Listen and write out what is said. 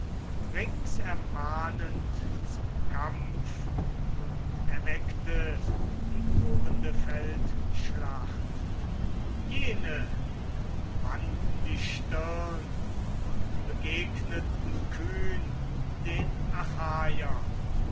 rings ermahnend zum kampf und erweckte die tobende feldschlacht jene nun wandten die stirn und begegneten kühn den